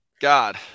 God